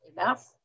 enough